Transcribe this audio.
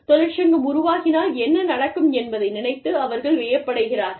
தொழிற்சங்கம் உருவாகினால் என்ன நடக்கும் என்பதை நினைத்து அவர்கள் வியப்படைகிறார்கள்